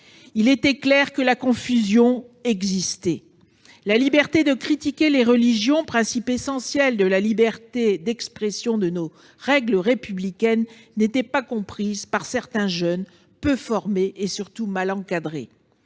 Il était clair que la confusion existait. La liberté de critiquer les religions, principe essentiel de la liberté d'expression et de nos règles républicaines, n'était pas comprise par certains jeunes peu formés et, surtout, mal encadrés.